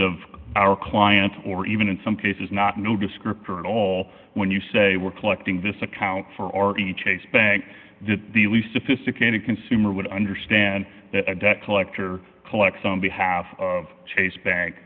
of our client or even in some cases not no descriptor at all when you say we're collecting this account for or a chase bank that the least sophisticated consumer would understand that a debt collector collects on behalf of chase ba